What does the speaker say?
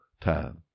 time